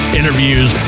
interviews